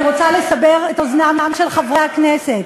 אני רוצה לסבר את אוזנם של חברי הכנסת: